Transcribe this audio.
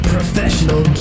Professional